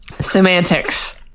Semantics